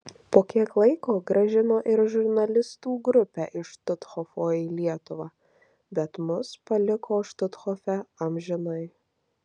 po kiek laiko grąžino ir žurnalistų grupę iš štuthofo į lietuvą bet mus paliko štuthofe amžinai